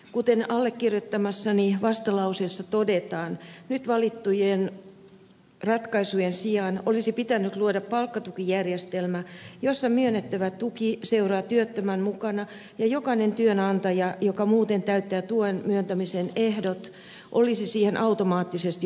kuten allekirjoittamassani vastalauseessa todetaan nyt valittujen ratkaisujen sijaan olisi pitänyt luoda palkkatukijärjestelmä jossa myönnettävä tuki seuraa työttömän mukana ja jokainen työnantaja joka muuten täyttää tuen myöntämisen ehdot olisi siihen automaattisesti oikeutettu